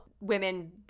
women